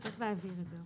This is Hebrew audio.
צריך להבהיר את זה.